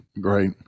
great